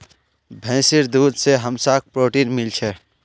भैंसीर दूध से हमसाक् प्रोटीन मिल छे